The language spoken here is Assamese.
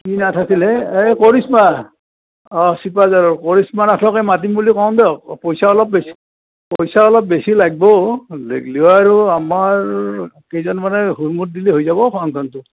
কি নাথ আছিলে এই কৰিশ্মা অ চিপাঝাৰৰ কৰিশ্মা নাথকে মাতিম বুলি কওঁ দিয়ক পইচা অলপ বেছি পইচা অলপ বেছি লাগিব লাগিলেও আৰু আমাৰ কেইজনমানে হয়মত দিলে হৈ যাব